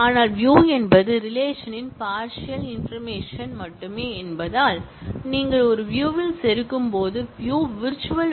ஆனால் வியூ என்பது ரிலேஷன் ன் பார்ஷியல் இன்பர்மேஷன் மட்டுமே என்பதால் நீங்கள் ஒரு வியூ ல் செருகும்போது வியூ விர்ச்சுவல்